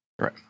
right